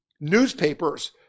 newspapers